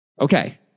Okay